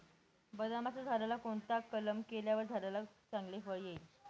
बदामाच्या झाडाला कोणता कलम केल्यावर झाडाला चांगले फळ येईल?